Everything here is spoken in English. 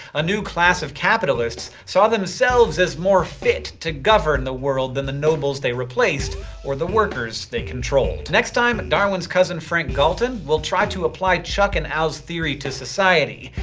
a new class of capitalists saw themselves as more fit to govern the world than the nobles they replaced or the workers they controlled. next time and darwin's cousin, frank galton, will try to apply chuck and al's theory to society.